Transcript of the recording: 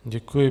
Děkuji.